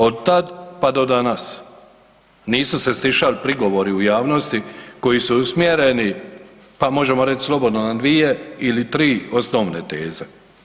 Od tad pa do danas nisu se stišali prigovori u javnosti koji su usmjereni, pa možemo reći slobodno na dvije ili tri osnovne teze.